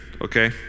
Okay